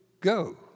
go